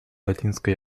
латинской